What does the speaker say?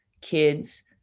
kids